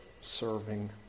serving